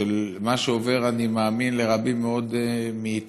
של מה שעובר, אני מאמין, על רבים מאוד מאיתנו